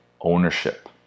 ownership